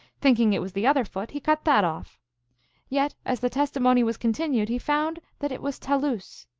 thinking it was the other foot, he cut that off yet as the testimony was continued, he found that it was ta loosc,